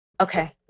Okay